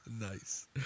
Nice